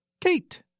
Kate